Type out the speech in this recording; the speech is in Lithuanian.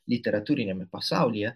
literatūriniame pasaulyje